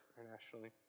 internationally